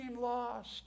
lost